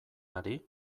ari